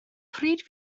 pryd